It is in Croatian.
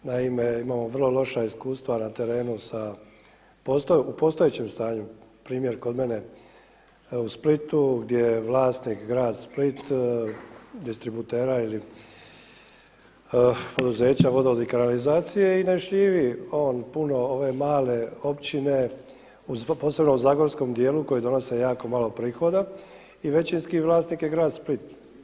Naime, imamo vrlo loša iskustva na terenu u postojećem stanju primjer kod mene evo u Splitu gdje je vlasnik grad Split distributera ili poduzeća, vodovod i kanalizacije i ne šljivi on puno ove male općine posebno u zagorskom dijelu koji donose jako malo prihoda i većinski vlasnik je grad Split.